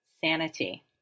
Sanity